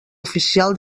oficial